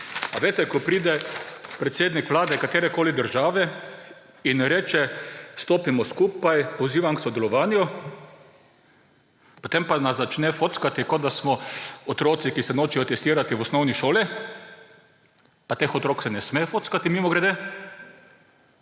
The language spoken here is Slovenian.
čustven, ko pride predsednik vlade katerekoli države in reče – stopimo skupaj, pozivam k sodelovanju; potem pa nas začne fockati, kot da smo otroci, ki se nočejo testirati v osnovni šoli. Pa teh otrok se ne sme fockati, mimogrede.